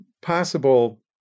possible